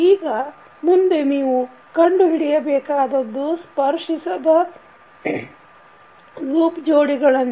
ಈಗ ಮುಂದೆ ನೀವು ಕಂಡು ಹಿಡಿಯಬೇಕಾದದ್ದು ಸ್ಪರ್ಶಿಸದ ಲೂಪ್ ಜೋಡಿಗಳನ್ನು